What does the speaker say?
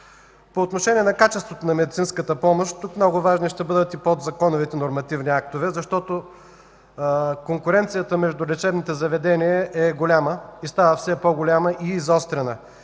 По отношение на качеството на медицинската помощ, тук много важни ще бъдат подзаконовите нормативни актове, защото конкуренцията между лечебните заведения е голяма и става все по-голяма и изострена.